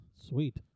Sweet